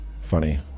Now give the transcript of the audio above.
Funny